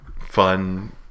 fun